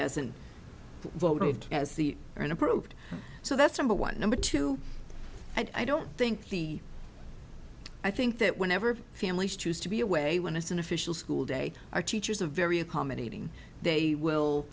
hasn't voted as the are an approved so that's number one number two i don't think the i think that whenever families choose to be away when it's an official school day our teachers a very accommodating they will